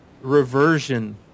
reversion